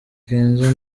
kenzo